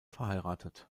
verheiratet